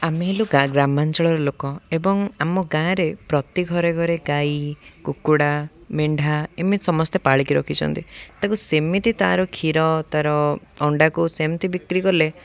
ଆମେ ହେଲୁ ଗ୍ରାମାଞ୍ଚଳର ଲୋକ ଏବଂ ଆମ ଗାଁରେ ପ୍ରତି ଘରେ ଘରେ ଗାଈ କୁକୁଡ଼ା ମେଣ୍ଢା ଏମିତି ସମସ୍ତେ ପାଳିକି ରଖିଛନ୍ତି ତାକୁ ସେମିତି ତାର କ୍ଷୀର ତାର ଅଣ୍ଡାକୁ ସେମିତି ବିକ୍ରି କଲେ